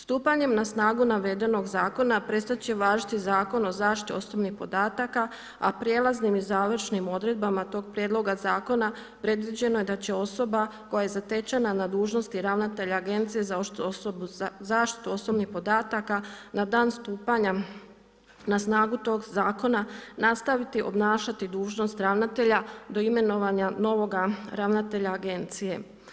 Stupanjem na snagu navedenog zakona prestat će važiti Zakon o zaštiti osobnih podataka, a prijelaznim i završnim odredbama tog prijedloga zakona predviđeno je da će osoba koja je zatečena na dužnosti ravnatelja Agencije za zaštitu osobnih podataka na dan stupanja na snagu tog zakona nastaviti obnašati dužnost ravnatelja do imenovanja novoga ravnatelja agencije.